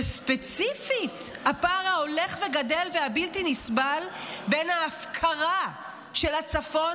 וספציפית הפער ההולך וגדל והבלתי-נסבל בין ההפקרה של הצפון